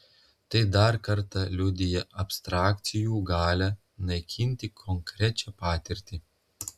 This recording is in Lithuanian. tai dar kartą liudija abstrakcijų galią naikinti konkrečią patirtį